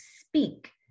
speak